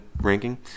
ranking